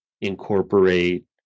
incorporate